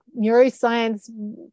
neuroscience